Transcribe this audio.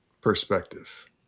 perspective